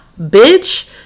Bitch